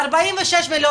44 מיליון